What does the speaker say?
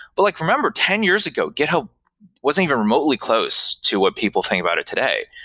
but like remember, ten years ago, github wasn't even remotely close to what people think about it today.